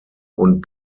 und